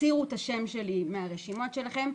תסירו את השם שלי מהרשימות שלכם,